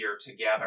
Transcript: together